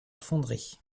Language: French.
fonderie